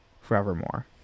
forevermore